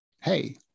hey